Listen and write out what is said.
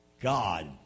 God